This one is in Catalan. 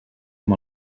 amb